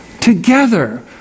Together